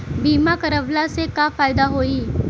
बीमा करवला से का फायदा होयी?